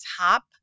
top